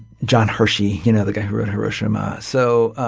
john hershey, you know the guy who wrote hiroshima. so ah